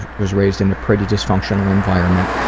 was raised in a pretty dysfunctional environment.